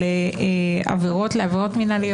מי נמנע?